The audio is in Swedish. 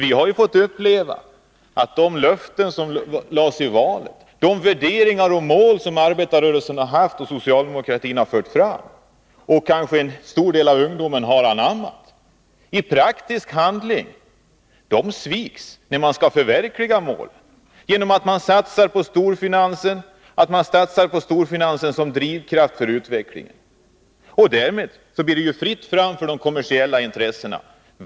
Vi har ju fått uppleva att de löftén som gavs i valrörelsen och de värderingar och mål som arbetarrörelsen har haft, som socialdemokratin har fört fram och som kanske en stor del av ungdomen har anammat sviks när man skall förverkliga dem i praktisk handling genom att man satsar på storfinansen som drivkraft för utvecklingen. Därmed blir det fritt fram för de kommersiella intressena.